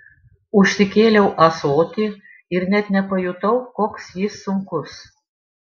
užsikėliau ąsotį ir net nepajutau koks jis sunkus